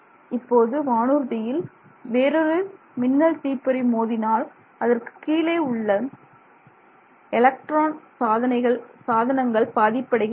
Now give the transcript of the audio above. இப்போது வானூர்தியில் வேறொரு மின்னல் தீப்பொறி மோதினால் அதற்கு கீழே உள்ள எலக்ட்ரானிக் சாதனங்கள் பாதிப்படைகின்றன